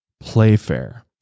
Playfair